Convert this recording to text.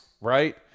right